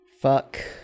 Fuck